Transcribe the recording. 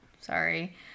Sorry